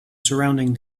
surrounding